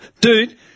Dude